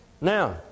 Now